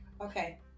Okay